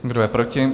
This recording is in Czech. Kdo je proti?